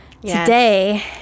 Today